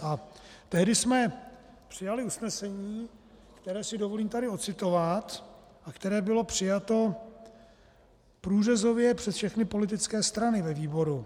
A tehdy jsme přijali usnesení, které si dovolím tady ocitovat a které bylo přijato průřezově přes všechny politické strany ve výboru: